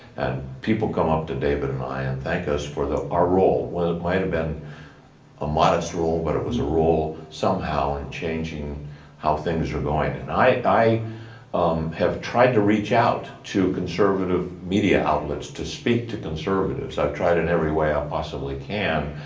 and people come up to david and i and thank us for our role. it might have been a modest role, but it was a role somehow in changing how things are going and i i um have tried to reach out to conservative media outlets to speak to conservatives, i have tried in every way i possibly can.